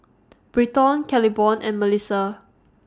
Bryton Claiborne and Melisa